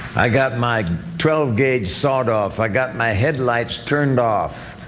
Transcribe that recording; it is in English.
i got my twelve gauge sawed off. i got my headlights turned off.